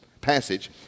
passage